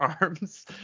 arms